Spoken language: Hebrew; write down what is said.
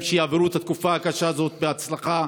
שיעברו את התקופה הקשה הזאת בהצלחה,